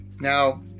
Now